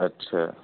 اچھا